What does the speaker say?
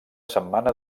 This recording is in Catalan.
setmana